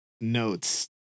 notes